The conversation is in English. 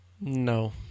No